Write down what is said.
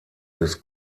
des